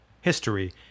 history